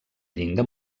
llinda